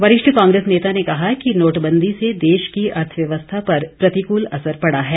वरिष्ठ कांग्रेस नेता ने कहा कि नोटबंदी से देश की अर्थव्यवस्था पर प्रतिकूल असर पड़ा है